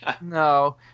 no